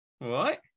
Right